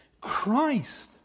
Christ